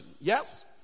yes